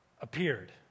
Appeared